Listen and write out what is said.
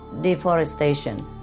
deforestation